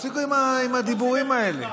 תפסיקו עם הדיבורים האלה,